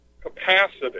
capacity